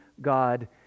God